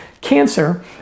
cancer